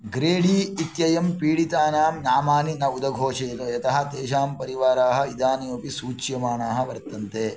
ग्रेडी इत्ययं पीडितानां नामानि न उदघोषयित यतः तेषां परिवाराः इदानीमपि सूच्यमाणाः वर्तन्ते